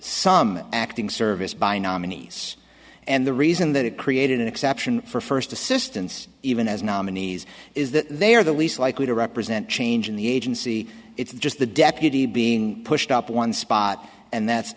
some acting serviced by nominees and the reason that it created an exception for first assistance even as nominees is that they are the least likely to represent change in the agency it's just the deputy being pushed up one spot and that's